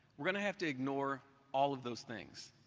we're going to have to ignore all of those things,